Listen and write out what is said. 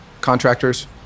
contractors